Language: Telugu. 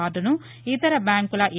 కార్డులను ఇతర బ్యాంకుల ఎ